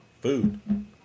food